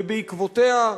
ובעקבותיה,